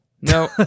No